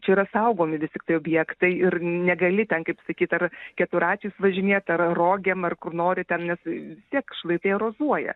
čia yra saugomi vis tiktai objektai ir negali ten kaip sakyt ar keturračiais važinėt ar rogėm ar kur nori ten nes vis tiek šlaitai erozuoja